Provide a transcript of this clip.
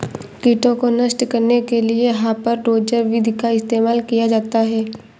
कीटों को नष्ट करने के लिए हापर डोजर विधि का इस्तेमाल किया जाता है